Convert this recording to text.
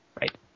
right